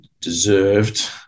deserved